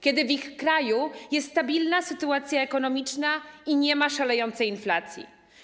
Kiedy w ich kraju jest stabilna sytuacja ekonomiczna i nie ma szalejącej inflacji.